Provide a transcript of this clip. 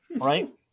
right